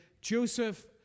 Joseph